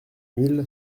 mille